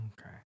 Okay